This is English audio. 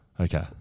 Okay